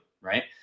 right